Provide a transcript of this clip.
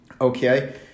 Okay